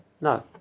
No